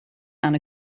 and